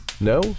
No